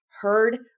heard